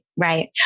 Right